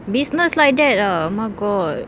business like that ah oh my god